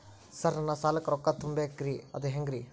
Sir ನನ್ನ ಸಾಲಕ್ಕ ರೊಕ್ಕ ತುಂಬೇಕ್ರಿ ಅದು ಹೆಂಗ್ರಿ?